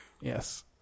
Yes